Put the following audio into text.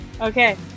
okay